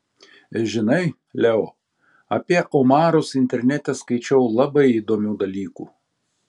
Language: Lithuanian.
žinai leo apie omarus internete skaičiau labai įdomių dalykų